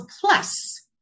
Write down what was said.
plus